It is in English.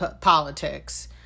politics